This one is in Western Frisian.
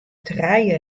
trije